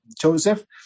joseph